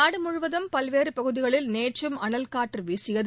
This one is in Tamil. நாடு முழுவதும் பல்வேறு பகுதிகளில் நேற்றும் அனல் காற்று வீசியது